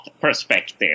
perspective